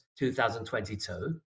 2022